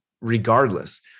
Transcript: regardless